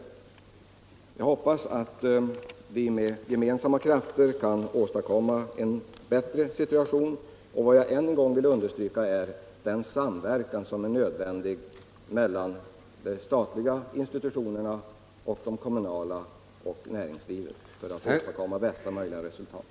Jag hoppas att vi med gemensamma krafter skall kunna åstadkomma en bättre situation. Jag vill än en gång betona nödvändigheten av en samverkan mellan de statliga och kommunala institutionerna och näringslivet för att åstadkomma bästa möjliga resultat.